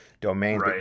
domain